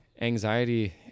anxiety